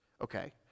okay